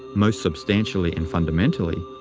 most substantially and fundamentally,